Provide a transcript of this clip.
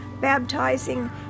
baptizing